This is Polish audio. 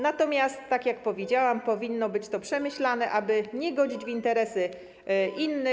Natomiast, tak jak powiedziałam, powinno być to przemyślane, aby nie godzić w interesy innych.